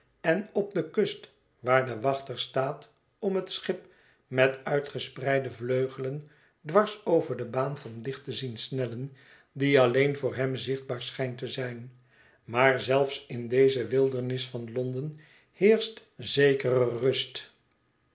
en op de kust waar de wachter staat om het schip met uitgespreide vleugelen dwars over de baan van licht te zien snellen die alleen voor hem zichtbaar schijnt te zijn maar zelfs in deze wildernis van londen heerscht zekere rust